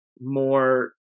more